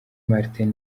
martin